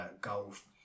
golf